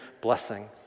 blessing